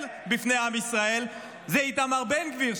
בפני עם ישראל זה איתמר בן גביר,